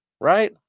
right